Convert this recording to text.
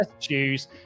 choose